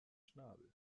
schnabel